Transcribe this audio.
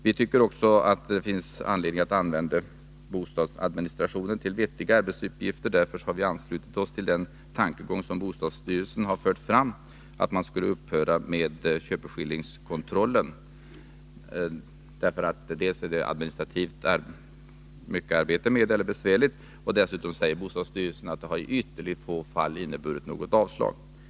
Vi tycker också att det finns anledning att använda bostadsadministrationen till vettiga arbetsuppgifter. Därför har vi anslutit oss till den tankegång som bostadsstyrelsen fört fram, att man skulle upphöra med köpeskillingskontrollen. Denna kontroll är arbetskrävande och administrativt besvärlig, och den har enligt bostadsstyrelsen i ytterst få fall lett till avslag.